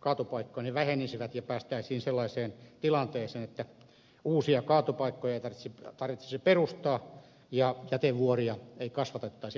kaatopaikkoja vähenisivät ja päästäisiin sellaiseen tilanteeseen että uusia kaatopaikkoja ei tarvitsisi perustaa ja jätevuoria ei kasvatettaisi enää jatkossa